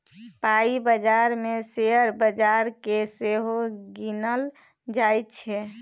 पाइ बजार मे शेयर बजार केँ सेहो गिनल जाइ छै